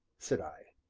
said i.